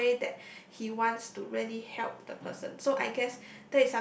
a way that he wants to really help the person so I guess